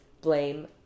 blame